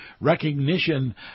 recognition